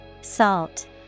Salt